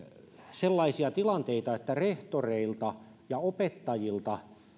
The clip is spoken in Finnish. sellaisia tilanteita että rehtoreilta ja opettajilta